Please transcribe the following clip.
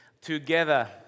together